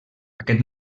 aquest